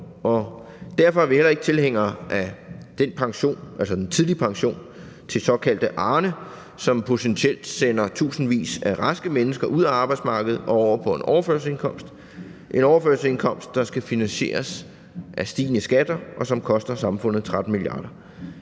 derfor er vi heller ikke tilhængere af den tidlige pension til den såkaldte Arne, som potentielt sender tusindvis af raske mennesker ud af arbejdsmarkedet og over på en overførselsindkomst, en overførselsindkomst, der skal finansieres af stigende skatter, og som koster samfundet 13 mia.